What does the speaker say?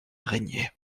régnait